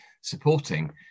supporting